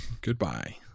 Goodbye